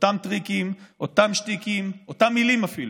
אותם טריקים, אותם שטיקים, אותן מילים אפילו.